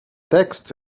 text